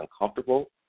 uncomfortable